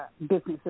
businesses